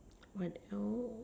what hour